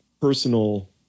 personal